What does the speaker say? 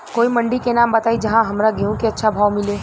कोई मंडी के नाम बताई जहां हमरा गेहूं के अच्छा भाव मिले?